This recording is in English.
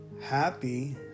happy